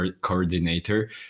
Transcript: coordinator